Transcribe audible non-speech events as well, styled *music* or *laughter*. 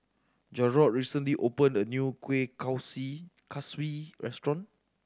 Jarrod recently opened a new kueh *unintelligible* kaswi restaurant